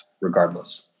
regardless